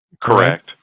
correct